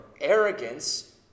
arrogance